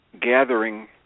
gathering